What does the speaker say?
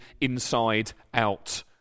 inside-out